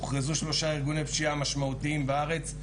הוכרזו שלושה ארגוני פשיעה משמעותיים בארץ.